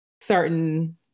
certain